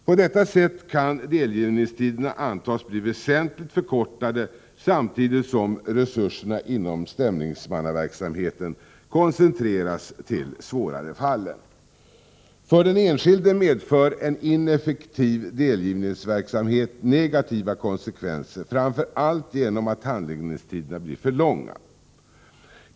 På detta sätt kan delgivningstiderna antas bli väsentligt förkortade, samtidigt som resurserna inom stämningsmannaverksamheten koncentreras till de svårare fallen. För den enskilde medför en ineffektiv delgivningsverksamhet negativa konsekvenser, framför allt genom att handläggningstiderna blir för långa.